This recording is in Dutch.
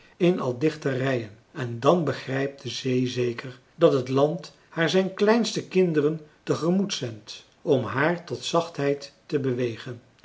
in al dichter rijen en dan begrijpt de zee zeker dat het land haar zijn kleinste kinderen tegemoet zendt om haar tot zachtheid te bewegen